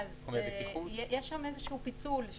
יש שם איזשהו פיצול.